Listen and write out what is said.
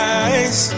eyes